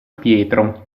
pietro